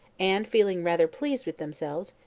and, feeling rather pleased with themselves,